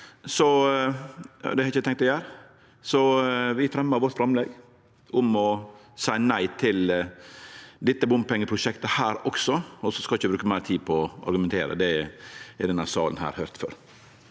Vi fremjar vårt framlegg om å seie nei til dette bompengeprosjektet også, og så skal eg ikkje bruke meir tid på å argumentere. Det har dei i denne salen høyrt før.